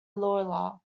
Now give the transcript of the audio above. lawler